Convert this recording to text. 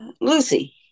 Lucy